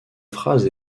phrases